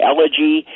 Elegy